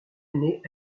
année